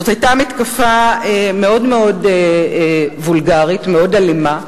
זאת היתה מתקפה מאוד מאוד וולגרית, מאוד אלימה,